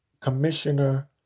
Commissioner